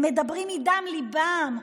הם מדברים מדם ליבם.